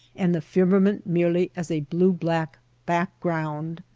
and the firma ment merely as a blue-black background.